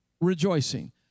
rejoicing